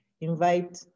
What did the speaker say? invite